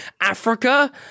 Africa